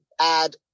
add